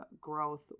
growth